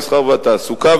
המסחר והתעסוקה,